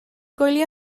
gwylio